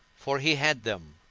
for he had them,